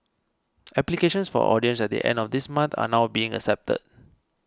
applications for auditions at the end of this month are now being accepted